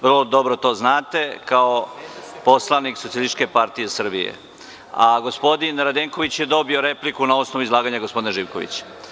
Vrlo dobro to znate kao poslanik SPS, a gospodin Radenković je dobio repliku na osnovu izlaganja gospodina Živkovića.